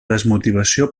desmotivació